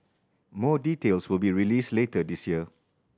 more details will be released later this year